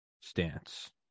stance